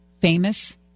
famous